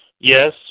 Yes